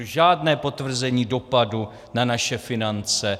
Žádné potvrzení dopadu na naše finance.